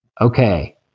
okay